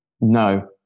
No